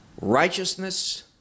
righteousness